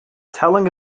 telling